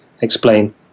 explain